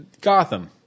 Gotham